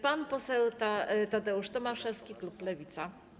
Pan poseł Tadeusz Tomaszewski, klub Lewica.